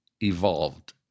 evolved